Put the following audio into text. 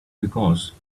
because